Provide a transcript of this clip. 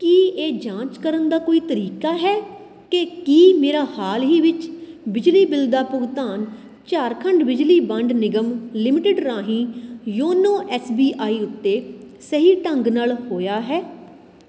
ਕੀ ਇਹ ਜਾਂਚ ਕਰਨ ਦਾ ਕੋਈ ਤਰੀਕਾ ਹੈ ਕਿ ਕੀ ਮੇਰਾ ਹਾਲ ਹੀ ਵਿੱਚ ਬਿਜਲੀ ਬਿੱਲ ਦਾ ਭੁਗਤਾਨ ਝਾਰਖੰਡ ਬਿਜਲੀ ਵੰਡ ਨਿਗਮ ਲਿਮਟਿਡ ਰਾਹੀਂ ਯੋਨੋ ਐਸ ਬੀ ਆਈ ਉੱਤੇ ਸਹੀ ਢੰਗ ਨਾਲ ਹੋਇਆ ਹੈ